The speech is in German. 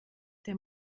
der